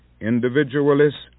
individualists